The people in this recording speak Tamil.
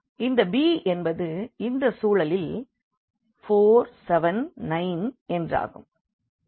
எனவே இந்த b என்பது இந்த சூழலில் 4 7 9 என்றாகும்